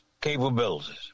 capabilities